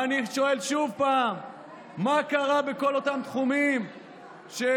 ואני שואל שוב מה קרה בכל אותם תחומים שהאנשים